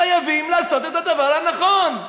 חייבים לעשות את הדבר הנכון.